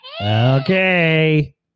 Okay